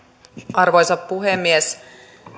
arvoisa puhemies